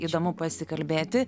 įdomu pasikalbėti